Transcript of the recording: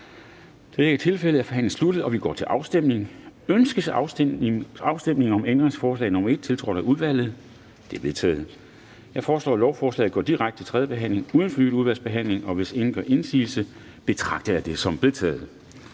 Afstemning Formanden (Henrik Dam Kristensen): Ønskes afstemning om ændringsforslag nr. 1, tiltrådt af udvalget? Det er vedtaget. Jeg foreslår, at lovforslaget går direkte til tredje behandling uden fornyet udvalgsbehandling. Hvis ingen gør indsigelse, betragter jeg det som vedtaget.